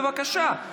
בבקשה.